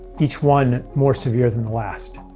each one more severe than the last.